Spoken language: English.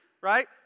right